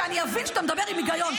שאני אבין שאתה מדבר עם היגיון,